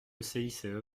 cice